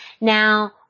Now